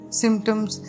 symptoms